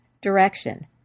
direction